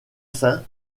sein